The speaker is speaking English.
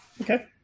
Okay